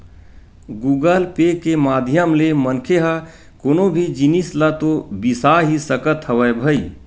Google Pay के माधियम ले मनखे ह कोनो भी जिनिस ल तो बिसा ही सकत हवय भई